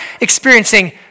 experiencing